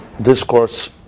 Discourse